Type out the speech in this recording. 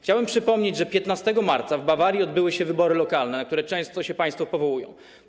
Chciałbym przypomnieć, że 15 marca w Bawarii odbyły się wybory lokalne, na które często państwo się powołują.